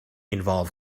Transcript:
involve